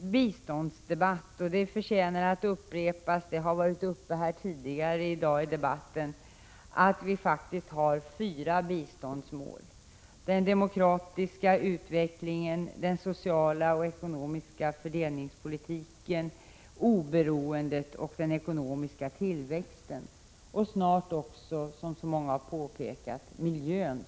biståndsdebatt — det förtjänar att upprepas och har även tidigare i dag varit uppe till debatt — att vi faktiskt har fyra biståndsmål, nämligen den demokratiska utvecklingen, den sociala och ekonomiska fördelningspolitiken, oberoendet och den ekonomiska tillväxten samt snart också, som så många har påpekat, miljön.